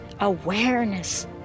awareness